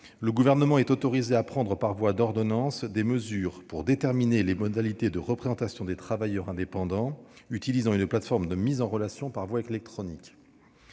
le Gouvernement à prendre par voie d'ordonnance des mesures pour déterminer les modalités de représentation des travailleurs indépendants utilisant une plateforme de mise en relation par voie électronique.